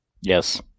Yes